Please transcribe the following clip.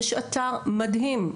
אתר מדהים,